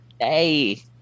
Hey